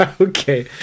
Okay